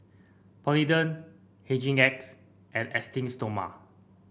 Polident Hygin X and Esteem Stoma